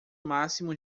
máximo